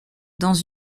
dans